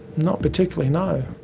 not particularly, no.